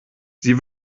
sie